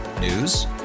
News